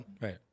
Right